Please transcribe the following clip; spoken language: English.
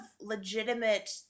legitimate